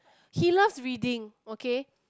he loves reading okay